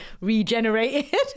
regenerated